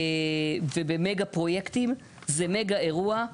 ובמגה פרויקטים, זה מגה אירוע.